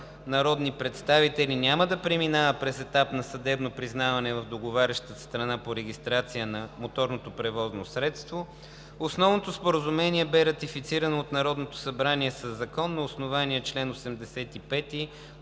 народни представители, няма да преминава през етап на съдебно признаване в договарящата страна по регистрация на моторното превозно средство, Основното споразумение бе ратифицирано от Народното събрание със закон на основание чл. 85,